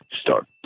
Start